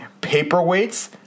paperweights